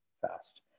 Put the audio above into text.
fast